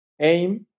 Aim